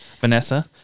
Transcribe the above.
Vanessa